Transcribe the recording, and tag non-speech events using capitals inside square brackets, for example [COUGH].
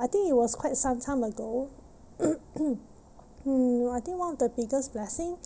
I think it was quite some time ago [COUGHS] mm I think one of the biggest blessing